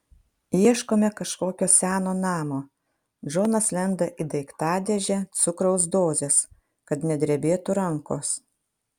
ieškome kažkokio seno namo džonas lenda į daiktadėžę cukraus dozės kad nedrebėtų rankos